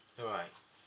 alright